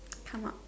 come up